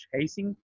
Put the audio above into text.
chasing